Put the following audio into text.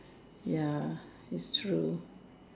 ya it's true